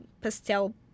pastel